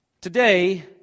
Today